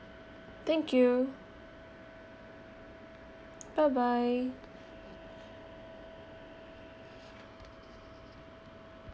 thank you bye bye